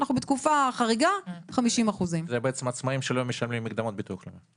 אנחנו בתקופה חריגה 50%. זה עצמאים שלא משלמים מקדמות לביטוח הלאומי.